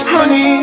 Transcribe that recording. Honey